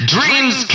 Dreams